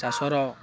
ଚାଷର